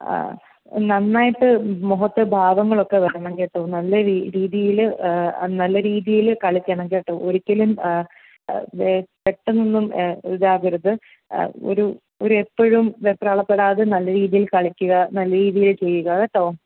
നന്നായിട്ട് മുഖത്ത് ഭാവങ്ങളൊക്കെ വരണം കേട്ടോ നല്ല രീതിയിൽ നല്ല രീതിയിൽ കളിക്കണം കേട്ടോ ഒരിക്കലും പെട്ടെന്ന് ഒന്നും ഇതാകരുത് ഒരു ഒരു എപ്പഴും വെപ്രാളപ്പെടാതെ നല്ല രീതിയിൽ കളിക്കുക നല്ല രീതിയിൽ ചെയ്യുക കേട്ടോ